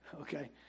okay